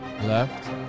Left